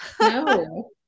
No